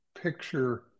picture